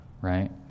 right